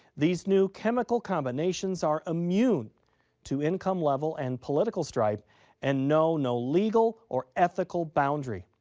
these new chemical combinations are immune to income level and political stripe and know no legal or ethical boundary.